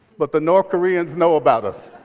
but the north koreans know about us.